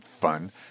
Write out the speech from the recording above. fun